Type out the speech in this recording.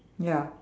ya